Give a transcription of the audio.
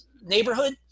neighborhood